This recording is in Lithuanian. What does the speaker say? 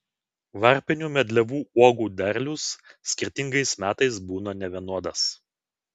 varpinių medlievų uogų derlius skirtingais metais būna nevienodas